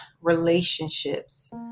relationships